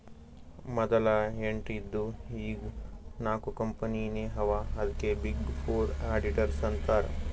ಮದಲ ಎಂಟ್ ಇದ್ದು ಈಗ್ ನಾಕ್ ಕಂಪನಿನೇ ಅವಾ ಅದ್ಕೆ ಬಿಗ್ ಫೋರ್ ಅಡಿಟರ್ಸ್ ಅಂತಾರ್